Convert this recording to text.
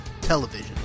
television